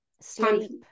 sleep